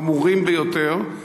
חמורים ביותר,